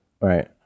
right